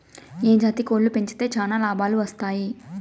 ఏ జాతి కోళ్లు పెంచితే చానా లాభాలు వస్తాయి?